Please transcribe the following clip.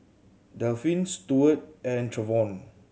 Delphin Steward and Trevion